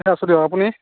এ আছোঁ দিয়ক আপুনি